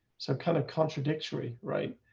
so kind of contradictory. right.